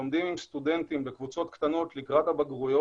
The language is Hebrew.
שלומדים עם סטודנטים בקבוצות קטנות לקראת הבגרויות.